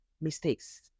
mistakes